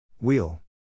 Wheel